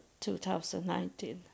2019